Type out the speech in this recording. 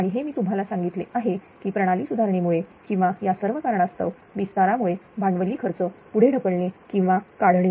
आणि हे मी तुम्हाला सांगितले आहे की प्रणाली सुधारणेमुळे किंवा या सर्व कारणास्तव विस्तारामुळे भांडवली खर्च पुढे ढकलणे किंवा काढणे